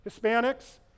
Hispanics